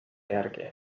järgi